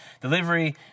delivery